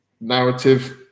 narrative